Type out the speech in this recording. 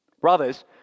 Brothers